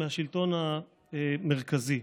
מהשלטון המרכזי.